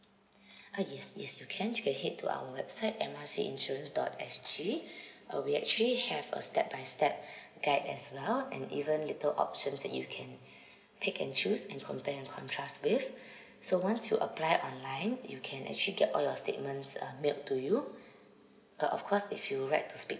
uh yes yes you can go ahead to our website M R C insurance dot S_G uh we actually have a step by step guide as well and even little options that you can pick and choose and compare and contrast with so once you apply online you can actually get all your statements uh mailed to you uh of course if you'd like to speak